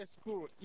school